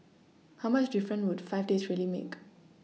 how much difference would five days really make